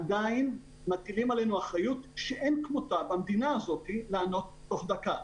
עדין מטילים עלינו אחריות שאין כמותה במדינה הזאת לענות תוך דקה.